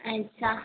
अच्छा